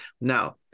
Now